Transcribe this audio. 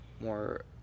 more